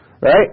Right